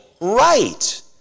right